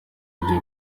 ujye